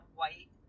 white